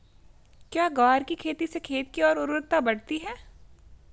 क्या ग्वार की खेती से खेत की ओर उर्वरकता बढ़ती है?